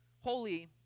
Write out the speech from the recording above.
holy